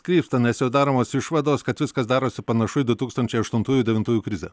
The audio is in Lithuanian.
krypsta nes jau daromos išvados kad viskas darosi panašu į du tūkstančiai aštuntųjų devintųjų krizę